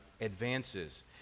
advances